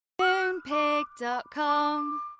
Moonpig.com